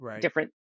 different